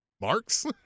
marks